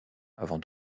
avant